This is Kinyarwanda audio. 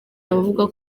abavuga